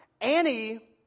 Annie